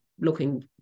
looking